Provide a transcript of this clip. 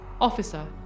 Officer